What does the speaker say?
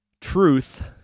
Truth